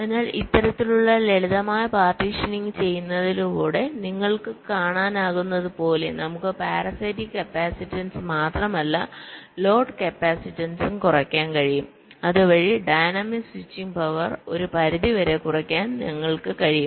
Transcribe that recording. അതിനാൽ ഇത്തരത്തിലുള്ള ലളിതമായ പാർട്ടീഷനിംഗ് ചെയ്യുന്നതിലൂടെ നിങ്ങൾക്ക് കാണാനാകുന്നതുപോലെ നമുക്ക് പാരാസൈറ്റിക് കപ്പാസിറ്റൻസ് മാത്രമല്ല ലോഡ് കപ്പാസിറ്റൻസും കുറയ്ക്കാൻ കഴിയും അതുവഴി ഡൈനാമിക് സ്വിച്ചിംഗ് പവർ ഒരു പരിധി വരെ കുറയ്ക്കാൻ ഞങ്ങൾക്ക് കഴിയും